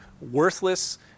worthless